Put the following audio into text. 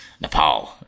nepal